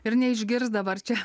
ir neišgirs dabar čia